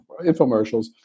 infomercials